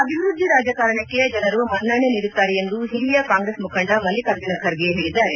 ಅಭಿವೃದ್ಧಿ ರಾಜಕಾರಣಕ್ಕೆ ಜನರು ಮನ್ನಣೆ ನೀಡುತ್ತಾರೆ ಎಂದು ಹಿರಿಯ ಕಾಂಗ್ರೆಸ್ ಮುಖಂಡ ಮಲ್ಲಿಕಾರ್ಜುನ ಖರ್ಗೆ ಹೇಳಿದ್ದಾರೆ